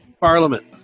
Parliament